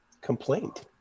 complaint